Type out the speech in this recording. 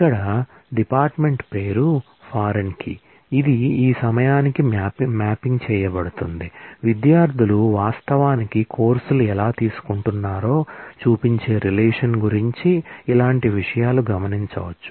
ఇక్కడ డిపార్ట్మెంట్ పేరు foreign key ఇది ఈ సమయానికి మ్యాపింగ్ చేయబడుతోంది విద్యార్థులు వాస్తవానికి కోర్సులు ఎలా తీసుకుంటున్నారో చూపించే రిలేషన్ గురించి ఇలాంటి విషయాలు గమనించవచ్చు